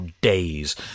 days